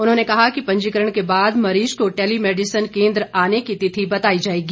उन्होंने कहा कि पंजीकरण के बाद मरीज को टैली मैडिसन केंद्र आने की तिथि बताई जाएगी